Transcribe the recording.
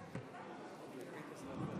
חבריי חברי הכנסת,